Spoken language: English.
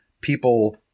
people